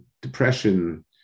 depression